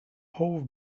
połów